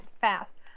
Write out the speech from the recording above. fast